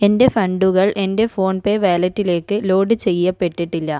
എൻ്റെ ഫണ്ടുകൾ എൻ്റെ ഫോൺപേ വാലറ്റിലേക്ക് ലോഡ് ചെയ്യപ്പെട്ടിട്ടില്ല